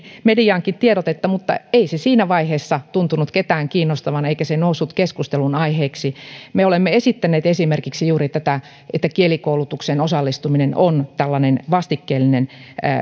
mediaankin tiedotetta mutta ei se siinä vaiheessa tuntunut ketään kiinnostavan eikä se noussut keskustelunaiheeksi me esitimme esimerkiksi juuri tätä että kielikoulutukseen osallistuminen on tällainen vastikkeellinen